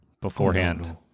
beforehand